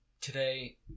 today